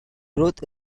growth